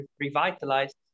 revitalized